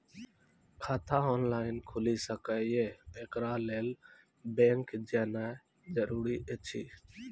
खाता ऑनलाइन खूलि सकै यै? एकरा लेल बैंक जेनाय जरूरी एछि?